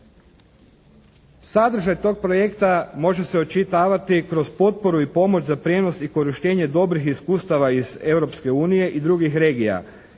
Sadržaj tog projekta može se očitavati kroz potporu i pomoć za prijenos i korištenje dobrih iskustava iz Europske unije i drugih regija,